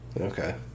Okay